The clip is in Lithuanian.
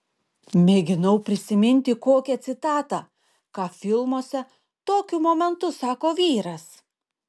mėginau prisiminti kokią citatą ką filmuose tokiu momentu sako vyras